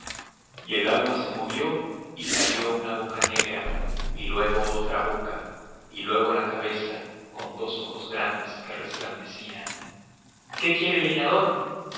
y el agua se movió y salió una boca negra y luego otra boca y luego la cabeza con dos ojos grandes que resplandecían qué quiere el leñador